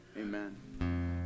amen